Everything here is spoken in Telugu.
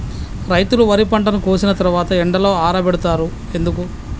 రైతులు వరి పంటను కోసిన తర్వాత ఎండలో ఆరబెడుతరు ఎందుకు?